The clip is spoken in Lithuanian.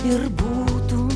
ir būtum